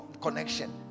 Connection